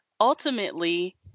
Ultimately